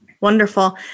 Wonderful